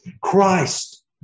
Christ